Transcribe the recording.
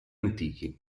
antichi